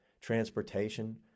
transportation